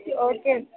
okay